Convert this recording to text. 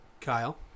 Kyle